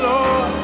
Lord